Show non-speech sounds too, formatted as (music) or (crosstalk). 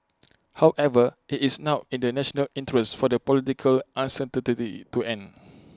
however IT is now in the national interest for the political uncertain (unintelligible) to end